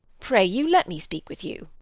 pray you let me speak with you.